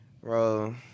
Bro